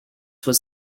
was